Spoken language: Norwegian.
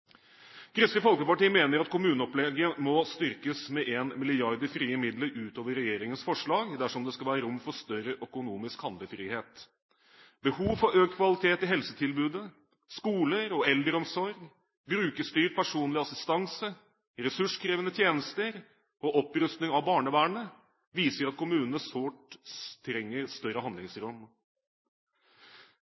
Kristelig Folkeparti mener at kommuneopplegget må styrkes med 1 mrd. kr i frie midler utover regjeringens forslag dersom det skal være rom for større økonomisk handlefrihet. Behov for økt kvalitet i helsetilbudet, skoler og eldreomsorg, brukerstyrt personlig assistanse, ressurskrevende tjenester og opprustning av barnevernet viser at kommunene sårt trenger større handlingsrom.